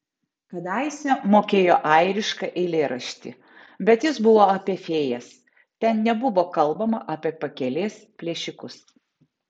kadaise mokėjo airišką eilėraštį bet jis buvo apie fėjas ten nebuvo kalbama apie pakelės plėšikus